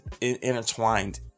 intertwined